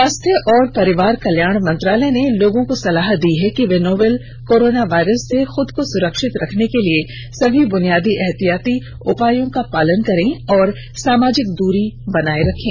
स्वास्थ्य और परिवार कल्याण मंत्रालय ने लोगों को सलाह दी है कि वे नोवल कोरोना वायरस से अपने को सुरक्षित रखने के लिए सभी बुनियादी एहतियाती उपायों का पालन करें और सामाजिक दुरी बनाए रखें